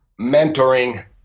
mentoring